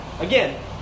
again